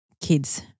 kids